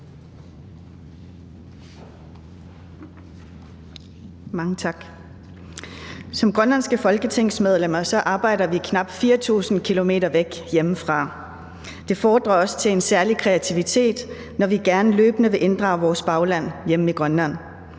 Mange tak. Som grønlandske folketingsmedlemmer arbejder vi knap 4.000 km væk hjemmefra. Det fordrer en særlig kreativitet af os, når vi gerne løbende vil inddrage vores bagland hjemme i Grønland,